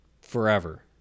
Forever